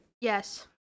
Yes